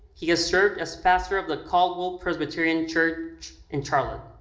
he has served as pastor of the caldwell presbyterian church in charlotte,